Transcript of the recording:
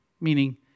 Meaning